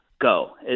go